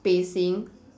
spacing